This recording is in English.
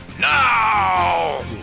now